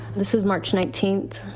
this is march nineteenth.